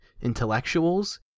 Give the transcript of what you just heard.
intellectuals